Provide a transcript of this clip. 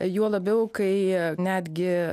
juo labiau kai netgi